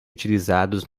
utilizados